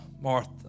Martha